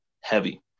heavy